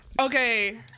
Okay